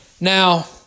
Now